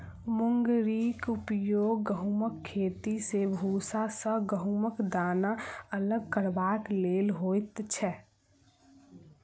मुंगरीक उपयोग गहुमक खेती मे भूसा सॅ गहुमक दाना अलग करबाक लेल होइत छै